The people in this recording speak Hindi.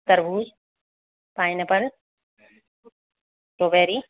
तरबूज पाइनऐपल स्ट्रॉबेरी